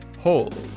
hold